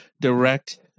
direct